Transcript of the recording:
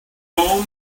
home